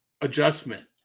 adjustment